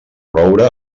roure